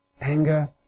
anger